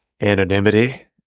anonymity